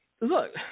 look